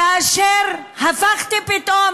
כאשר הפכתי פתאום,